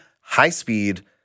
high-speed